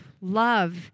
Love